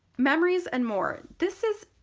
memories and more, this is,